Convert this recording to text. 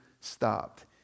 stopped